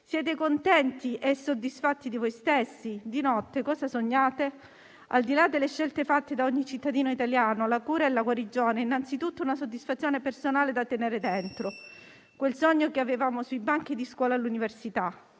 Siete contenti e soddisfatti di voi stessi? Di notte cosa sognate? Al di là delle scelte fatte da ogni cittadino italiano, la cura e la guarigione sono innanzitutto una soddisfazione personale da tenere dentro, quel sogno che avevamo sui banchi di scuola all'università